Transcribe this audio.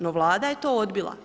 No Vlada je to odbila.